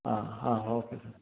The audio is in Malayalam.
ആ ആ ഓക്കെ സാർ